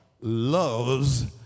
loves